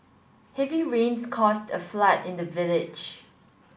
heavy rains caused a flood in the village